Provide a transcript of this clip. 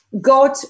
God